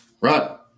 right